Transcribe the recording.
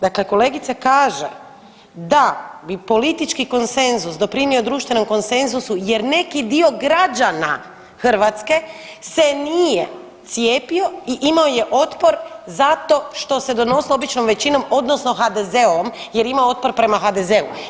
Dakle, kolegica kaže da bi politički konsenzus doprinio društvenom konsenzusu jer neki dio građana Hrvatske se nije cijepio i imao je otpor zato što se donosilo običnom većinom odnosno HDZ-ovom jer ima otpor prema HDZ-u.